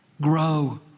Grow